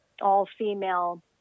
all-female